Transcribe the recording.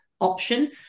option